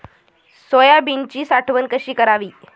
सोयाबीनची साठवण कशी करावी?